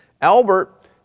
Albert